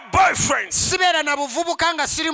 boyfriends